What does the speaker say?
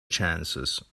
chances